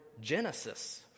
Genesis